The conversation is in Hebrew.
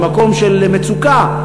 ממקום של מצוקה,